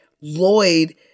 Lloyd